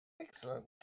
Excellent